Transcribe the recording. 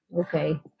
okay